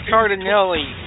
Cardinelli